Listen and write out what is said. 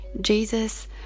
Jesus